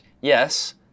Yes